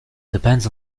depends